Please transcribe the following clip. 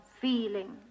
feeling